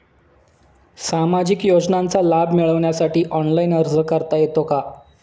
सामाजिक योजनांचा लाभ मिळवण्यासाठी ऑनलाइन अर्ज करता येतो का?